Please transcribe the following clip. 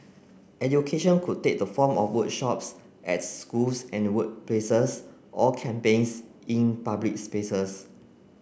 education could take the form of workshops at schools and workplaces or campaigns in public spaces